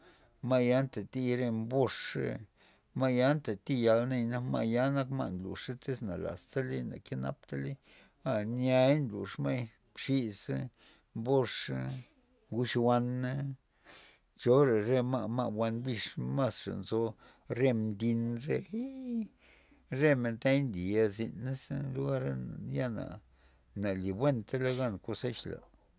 Ma'ya ntatiy re mboxa, ma'ya ntati yal na ma'ya nak ma' nluxa tyz na talaz taley na kenap taley aa niay nlux ma'y mxis za, mboxa, nguch wana chora re ma'-ma' wan bix mazra nzo, re mdin remen taya nliy xayinza za lugara yana libuentala gan kozech la.